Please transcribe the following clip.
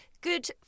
Good